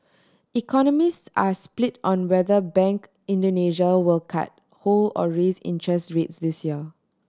economists are split on whether Bank Indonesia will cut hold or raise interest rates this year